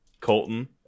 Colton